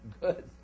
Good